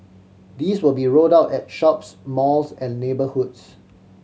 these will be rolled out at shops malls and neighbourhoods